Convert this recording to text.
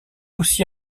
aussi